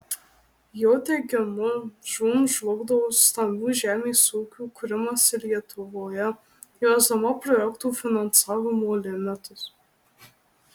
jo teigimu žūm žlugdo stambių žemės ūkių kūrimąsi lietuvoje įvesdama projektų finansavimo limitus